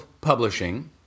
publishing